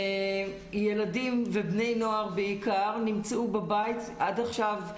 ילדים ובני נוער בעיקר נמצאו בבית עד עכשיו,